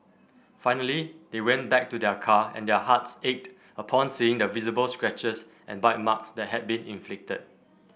finally they went back to their car and their hearts ached upon seeing the visible scratches and bite marks that had been inflicted